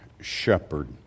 shepherd